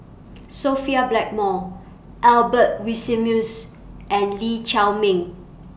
Sophia Blackmore Albert Winsemius and Lee Chiaw Meng